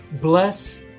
Bless